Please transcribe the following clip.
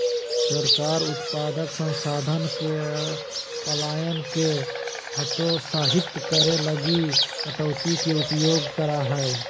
सरकार उत्पादक संसाधन के पलायन के हतोत्साहित करे लगी कटौती के उपयोग करा हइ